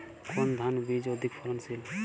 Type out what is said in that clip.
কোন ধান বীজ অধিক ফলনশীল?